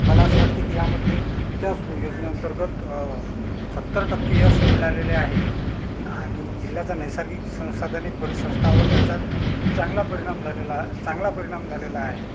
मला असं वाटते की यामध्ये त्याच योजने अंतर्गत सत्तर टक्के यश मिळालेले आहे आणि जिल्ह्याचा नैसर्गिक संसाधने परिसंस्थावर त्याचा चांगला परिणाम झालेला चांगला परिणाम झालेला आहे